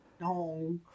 No